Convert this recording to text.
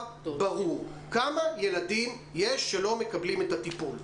ברור: כמה ילדים שלא מקבלים את הטיפול יש?